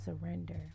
surrender